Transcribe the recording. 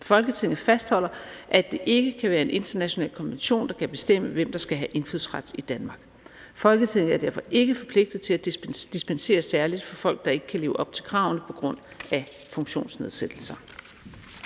Folketinget fastholder, at det ikke kan være en international konvention, der kan bestemme, hvem der skal have indfødsret i Danmark. Folketinget er derfor ikke forpligtet til at dispensere særligt for folk, der ikke kan leve op til kravene på grund af funktionsnedsættelser.